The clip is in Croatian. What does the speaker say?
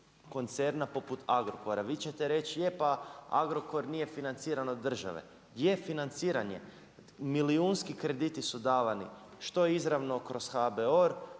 koncerna poput Agrokora, vi ćete reći, je pa Agrokor nije financiran od države. Je financiran je. Milijunski krediti su davani. Što izravno od HBOR,